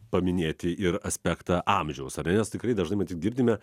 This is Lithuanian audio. paminėti ir aspektą amžiaus ar ne nes tikrai dažnai matyt girdime